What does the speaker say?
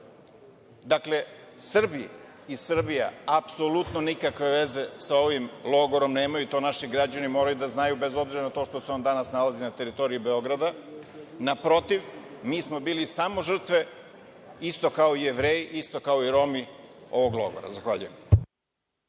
Srbi i Srbija apsolutno nikakve veze sa ovim logorom nemaju, to naši građani moraju da znaju, bez obzira na to što su on danas nalazi na teritoriji Beograda. Naprotiv, mi smo bili samo žrtve, isto kao i Jevreji, isto kao i Romi, ovog logora. Zahvaljujem.